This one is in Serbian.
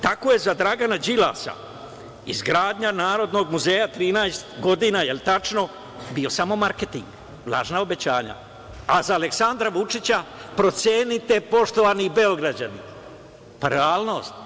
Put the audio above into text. Tako je za Dragana Đilasa izgradnja Narodnog muzeja 13 godina, je li tačno, bio samo marketing, lažna obećanja, a za Aleksandra Vučića, procenite poštovani Beograđani, pa realnost.